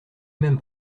même